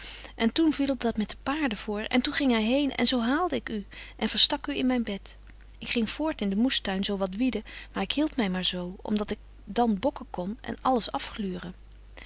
en toen viel dat met de paarden voor en toen ging hy heen en zo haalde ik u en verstak u in myn bed ik ging voort in den moestuin zo wat wieden maar ik hield my maar zo om dat ik dan bokken kon en alles